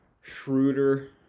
Schroeder